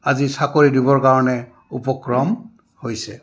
আজি চাকৰি দিবৰ কাৰণে উপক্ৰম হৈছে